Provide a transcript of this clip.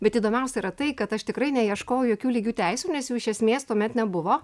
bet įdomiausia yra tai kad aš tikrai neieškojau jokių lygių teisių nes jų iš esmės tuomet nebuvo